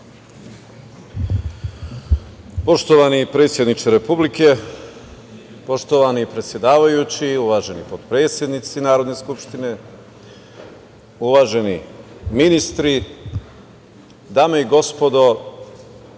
Poštovani predsedniče Republike, poštovani predsedavajući, uvaženi potpredsednici Narodne skupštine, uvaženi ministri, dame i gospodo